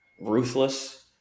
ruthless